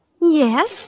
Yes